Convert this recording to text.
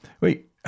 Wait